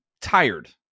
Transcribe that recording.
tired